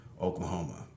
Oklahoma